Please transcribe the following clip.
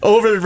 Over